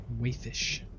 Wayfish